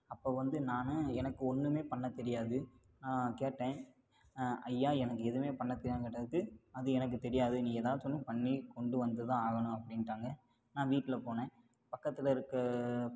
அப்போ வந்து நான் எனக்கு ஒன்றுமே பண்ண தெரியாது நான் கேட்டேன் ஐயா எனக்கு எதுவுமே பண்ண தெரியாதுனு கேட்டதுக்கு அது எனக்கு தெரியாது நீ எதாச்சும் ஒன்று பண்ணி கொண்டு வந்துதான் ஆகணும் அப்படின்ட்டாங்க நான் வீட்டில போனேன் பக்கத்தில் இருக்க